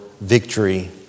victory